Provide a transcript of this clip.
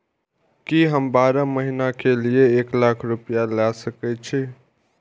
की हम बारह महीना के लिए एक लाख रूपया ले सके छी?